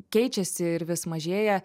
keičiasi ir vis mažėja